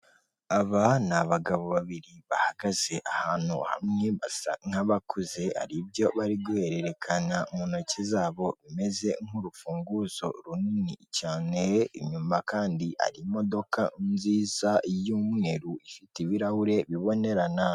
Aba ni abagabo babiri bahagaze ahantu hamwe, basa nk'abakuze, hari ibyo bari guhererekanya mu ntoki zabo rumeze nk'urufunguzo runini cyane, inyuma kandi hari imodoka nziza y'umweru ifite ibirahure bibonerana.